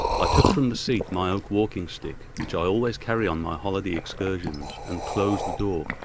i took from the seat my oak walking-stick which i always carry on my holiday excursions and closed the door,